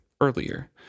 earlier